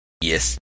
yes